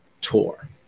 tour